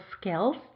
skills